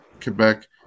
Quebec